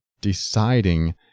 deciding